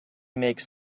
makes